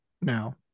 now